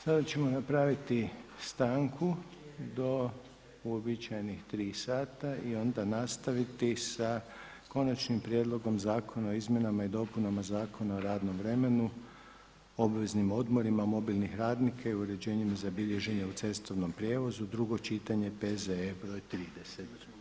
Sada ćemo napraviti stanku do uobičajenih 15h i onda nastavi sa Konačnim prijedlogom zakona o izmjenama i dopunama Zakona o radnom vremenu, obveznim odmorima mobilnih radnika i uređenjima za bilježenje u cestovnom prijevozu, drugo čitanje, P.Z.E br. 30.